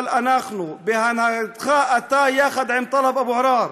אבל אנחנו, בהנהגתך שלך, יחד עם טלב אבו עראר,